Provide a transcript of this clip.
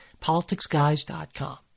politicsguys.com